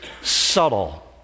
Subtle